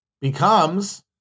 becomes